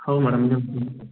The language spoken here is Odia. ହେଉ ମ୍ୟାଡ଼ମ ନିଅନ୍ତୁ